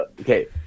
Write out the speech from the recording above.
Okay